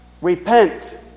Repent